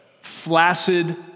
flaccid